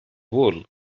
wool